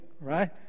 right